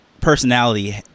personality